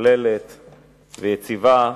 משוכללת ויציבה,